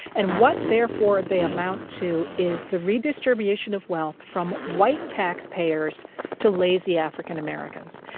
and what therefore they amount to is the redistribution of wealth from white tax payers to lazy african americans.